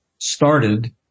started